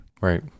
Right